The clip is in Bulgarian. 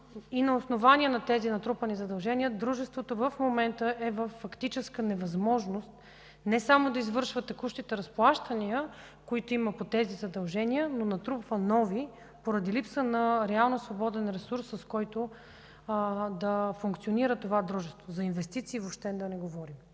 на основание на тези натрупани задължения дружеството е във фактическа невъзможност не само да извършва текущите разплащания по тези задължения, но натрупва нови поради реален свободен ресурс, с който да функционира това дружество. За инвестиции въобще да не говорим.